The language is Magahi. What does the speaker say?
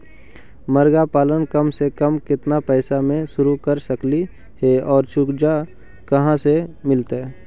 मरगा पालन कम से कम केतना पैसा में शुरू कर सकली हे और चुजा कहा से मिलतै?